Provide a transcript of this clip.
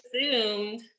assumed